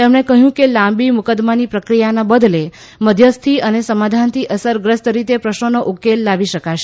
તેમણે કહયું કે લાંબી મુકદમાની પ્રક્રિયાના બદલે મધ્યસ્થી અને સમાધાનથી અસરગ્રસ્ત રીતે પ્રશ્નોનો ઉકેલ લાવી શકાશે